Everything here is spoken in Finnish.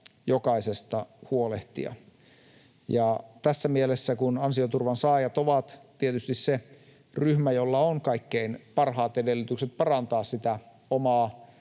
jokaisesta huolehtia. Tässä mielessä, kun ansioturvan saajat ovat tietysti se ryhmä, jolla on kaikkein parhaat edellytykset parantaa omaa